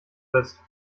bist